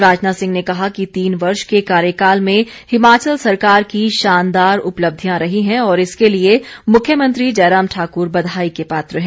राजनाथ सिंह ने कहा कि तीन वर्ष के कार्यकाल में हिमाचल सरकार की शानदार उपलब्धियां रही हैं और इसके लिए मुख्यमंत्री जयराम ठाकुर बधाई के पात्र हैं